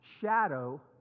shadow